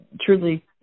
truly